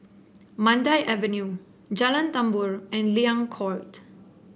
Mandai Avenue Jalan Tambur and Liang Court